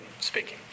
speaking